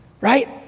right